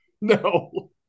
No